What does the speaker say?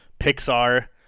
Pixar